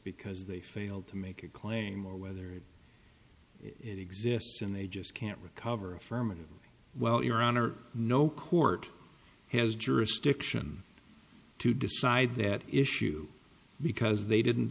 because they failed to make a claim or whether it it exists and they just can't recover affirmative well your honor no court has jurisdiction to decide that issue because they didn't